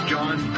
John